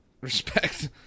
Respect